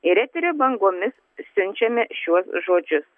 ir eterio bangomis siunčiame šiuos žodžius